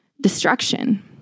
destruction